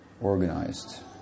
organized